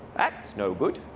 that's no good.